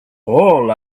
all